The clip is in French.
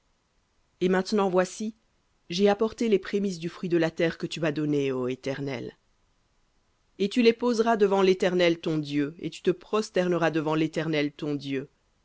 et maintenant voici j'ai apporté les prémices du fruit de la terre que tu m'as donnée ô éternel et tu les poseras devant l'éternel ton dieu et tu te prosterneras devant l'éternel ton dieu